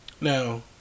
Now